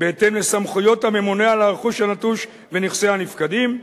בהתאם לסמכויות הממונה על הרכוש הנטוש ונכסי הנפקדים,